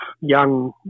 young